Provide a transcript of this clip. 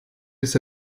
bis